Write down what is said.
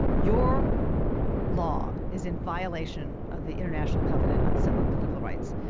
your law is in violation of the international covenant on civil and political rights,